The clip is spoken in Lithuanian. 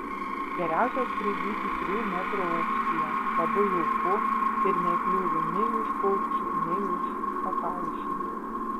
geriausia skraidyti trijų metrų aukštyje labai jauku ir nekliūvi nei už paukščių nei už pakaušių